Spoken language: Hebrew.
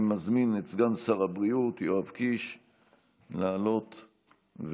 אני מזמין את סגן שר הבריאות יואב קיש לעלות ולהשיב.